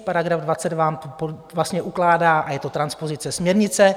Paragraf 20 vám vlastně ukládá a je to transpozice směrnice.